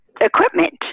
equipment